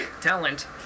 Talent